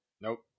Nope